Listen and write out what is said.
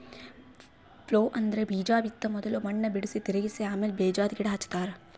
plough ಅಂದ್ರ ಬೀಜಾ ಬಿತ್ತ ಮೊದುಲ್ ಮಣ್ಣ್ ಬಿಡುಸಿ, ತಿರುಗಿಸ ಆಮ್ಯಾಲ ಬೀಜಾದ್ ಗಿಡ ಹಚ್ತಾರ